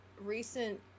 recent